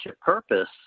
purpose